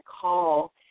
call